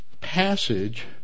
passage